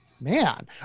Man